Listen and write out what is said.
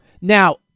Now